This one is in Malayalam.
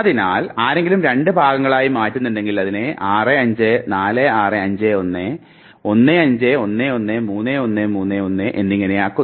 അതിനാൽ ആരെങ്കിലും രണ്ട് ഭാഗങ്ങളാക്കി മാറ്റുന്നുണ്ടെങ്കിൽ അതിനെ 6 5 4 6 5 1 1 51 1 3 1 3 1 എന്നിങ്ങനെയാക്കുന്നു